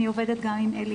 אלי